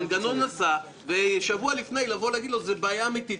המנגנון נסע ושבוע לפני לבוא ולהגיד לו זו בעיה אמיתית.